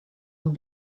een